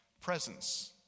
presence